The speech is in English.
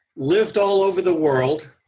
lived all over the world,